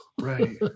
Right